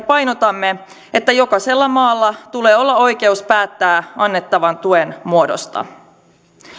painotamme että jokaisella maalla tulee olla oikeus päättää annettavan tuen muodosta